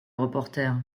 reporter